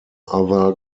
other